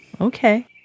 Okay